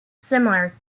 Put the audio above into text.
similar